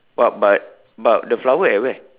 but but but the flower at where